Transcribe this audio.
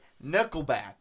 Nickelback